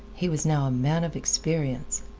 he was now a man of experience.